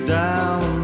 down